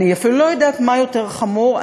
אני אפילו לא יודעת מה יותר חמור,